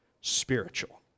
spiritual